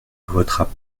votera